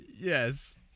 yes